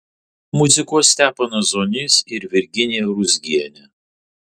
muzikuos steponas zonys ir virginija ruzgienė